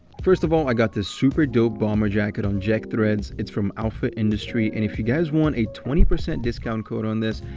first of all, i got this super dope bomber jacket on jackthreads. it's from alpha industry, and if you guys want a twenty percent discount code on this,